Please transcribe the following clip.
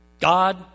God